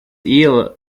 eel